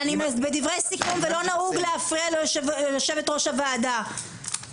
זה לא נהוג להפריע ליושבת ראש הוועדה.